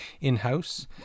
in-house